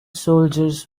soldiers